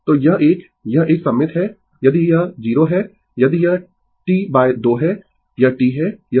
तो यह एक यह एक सममित है यदि यह 0 है यदि यह T 2 है यह T है